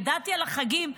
ידעתי על החגים,